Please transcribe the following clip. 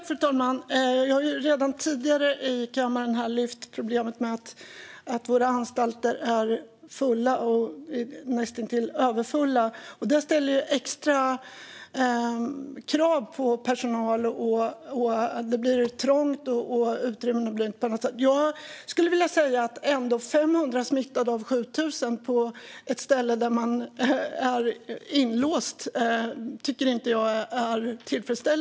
Fru talman! Jag har redan tidigare i kammaren lyft fram problemet med att våra anstalter är fulla och näst intill överfulla. Det ställer extra krav på personalen. Det blir trångt i alla utrymmen. Jag tycker inte att det är tillfredsställande med 500 smittade av 7 000 på ett ställe där personerna är inlåsta.